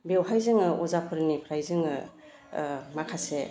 बेवहाय जोङो अजाफोरनिफ्राय जोङो माखासे